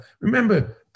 remember